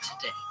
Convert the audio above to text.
today